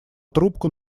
трубку